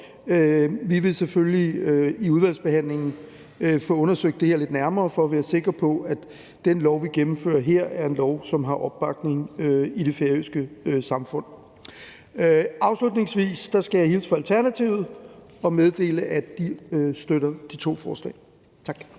Vi vil selvfølgelig i udvalgsbehandlingen få undersøgt det her lidt nærmere for at være sikre på, at den lov, vi gennemfører her, er en lov, som har opbakning i det færøske samfund. Afslutningsvis skal jeg hilse fra Alternativet og meddele, at de støtter de to forslag. Tak.